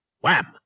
Wham